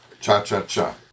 Cha-cha-cha